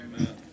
Amen